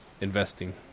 investing